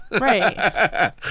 right